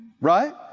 right